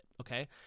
okay